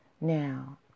now